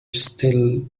still